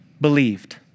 believed